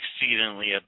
exceedingly